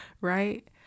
right